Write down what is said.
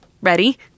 ready